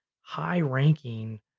high-ranking